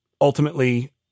ultimately